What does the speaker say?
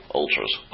ultras